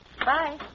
Bye